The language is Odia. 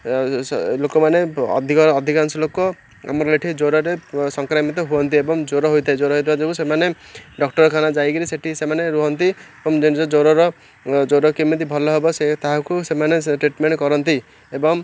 ଲୋକମାନେ ଅଧିକ ଅଧିକାଂଶ ଲୋକ ଆମର ଏଠି ଜ୍ୱରରେ ସଂକ୍ରାମିତ ହୁଅନ୍ତି ଏବଂ ଜ୍ୱର ହୋଇଥାଏ ଜ୍ୱର ହୋଇଥିବା ଯୋଗୁଁ ସେମାନେ ଡାକ୍ତରଖାନା ଯାଇକରି ସେଠି ସେମାନେ ରୁହନ୍ତି ଏବଂ ନିଜ ଜୋରର ଜ୍ୱର କେମିତି ଭଲ ହବ ସେ ତାହାକୁ ସେମାନେ ସେ ଟ୍ରିଟମେଣ୍ଟ କରନ୍ତି ଏବଂ